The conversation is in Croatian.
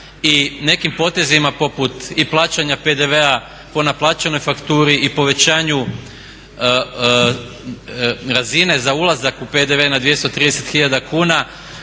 i nekim potezima poput i plaćanja PDV-a po naplaćenoj fakturi i povećanju razine za ulazak u PDV na 230 hiljada